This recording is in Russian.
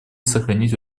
сохранить